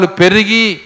perigi